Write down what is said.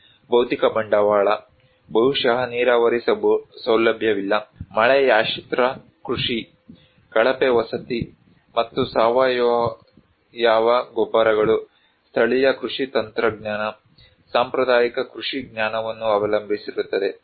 ಭೌತಿಕ ಬಂಡವಾಳ ಬಹುಶಃ ನೀರಾವರಿ ಸೌಲಭ್ಯವಿಲ್ಲ ಮಳೆಯಾಶ್ರಿತ ಕೃಷಿ ಕಳಪೆ ವಸತಿ ಮತ್ತು ಸಾವಯವ ಗೊಬ್ಬರಗಳು ಸ್ಥಳೀಯ ಕೃಷಿ ತಂತ್ರಜ್ಞಾನ ಸಾಂಪ್ರದಾಯಿಕ ಕೃಷಿ ಜ್ಞಾನವನ್ನು ಅವಲಂಬಿಸಿರುತ್ತದೆ